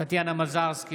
טטיאנה מזרסקי,